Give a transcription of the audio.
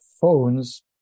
phones